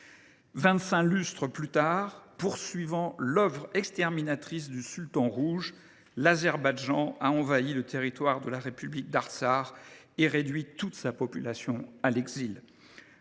lustres plus tard, poursuivant l’œuvre exterminatrice du Sultan rouge, l’Azerbaïdjan a envahi le territoire de la République d’Artsakh et réduit toute sa population à l’exil.